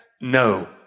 No